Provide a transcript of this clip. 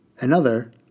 Another